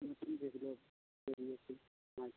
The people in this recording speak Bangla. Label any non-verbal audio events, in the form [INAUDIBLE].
নতুন যেগুলো বেরিয়েছে [UNINTELLIGIBLE]